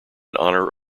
honor